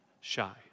Shy